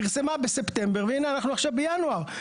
פרסמה בספטמבר, והינה אנחנו עכשיו בינואר.